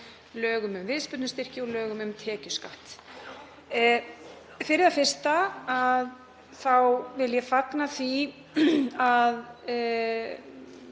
lögum um viðspyrnustyrki og lögum um tekjuskatt. Fyrir það fyrsta vil ég fagna því að